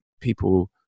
people